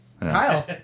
Kyle